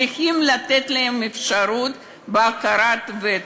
צריכים לתת להם אפשרות בהכרת ותק.